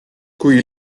kui